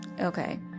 Okay